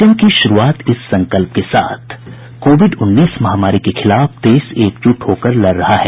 bulletin की शुरूआत इस संकल्प के साथ कोविड उन्नीस महामारी के खिलाफ देश एकजुट होकर लड़ रहा है